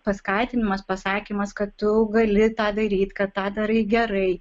paskatinimas pasakymas kad tu gali tą daryt kad tą darai gerai